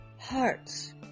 hearts